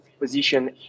position